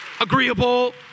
agreeable